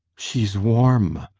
she's warm!